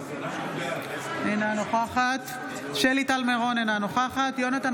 אינה נוכחת שלי טל מירון, אינה נוכחת יונתן